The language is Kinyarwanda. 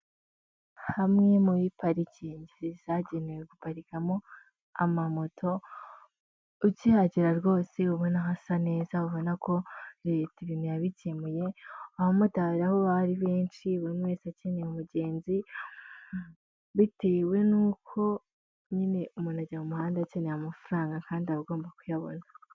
Hamwe muri parikingi zagenewe guparikamo amamoto, ukihagera rwose ubona hasa neza ubona ko leta ibintu yabikemuye, abamotari aho bari benshi buri umwe wese akeneye umugenzi, bitewe n'uko nyine umuntu ajya mu muhanda akeneye amafaranga, kandi aba agomba kuyabona.